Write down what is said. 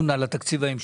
על התקציב ההמשכי.